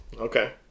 Okay